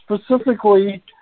specifically